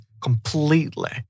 completely